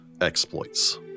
exploits